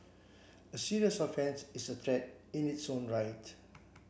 a serious offence is a threat in its own right